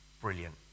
brilliant